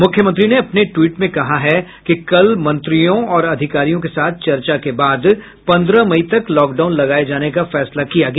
मुख्यमंत्री ने अपने ट्वीट में कहा कि कल मंत्रियों और अधिकारियों के साथ चर्चा के बाद पन्द्रह मई तक लॉकडाउन लगाये जाने का फैसला किया गया